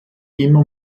immer